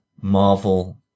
Marvel